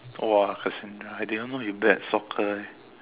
!wah! Cassandra I didn't know you bet soccer eh